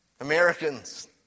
Americans